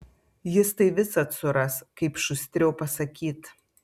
jis tai visad suras kaip šustriau pasakyt